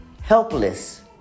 helpless